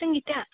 Sangitha